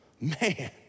man